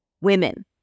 women